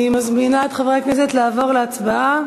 אני מזמינה את חברי הכנסת לעבור להצבעה